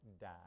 die